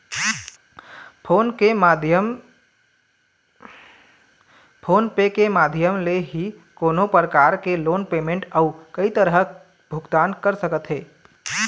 phone पे के माधियम ले ही कोनो परकार के लोन पेमेंट अउ कई तरह भुगतान कर सकत हे